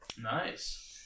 Nice